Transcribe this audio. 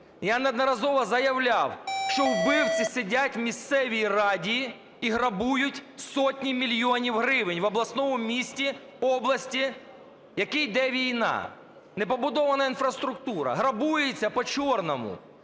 Я неодноразово заявляв, що вбивці сидять у місцеві раді і грабують сотні мільйонів гривень, в обласному місті, області, в якій йде війна, не побудована інфраструктура, грабується по-чорному.